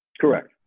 Correct